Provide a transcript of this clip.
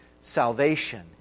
Salvation